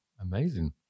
amazing